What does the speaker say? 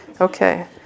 okay